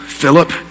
philip